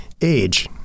Age